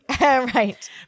right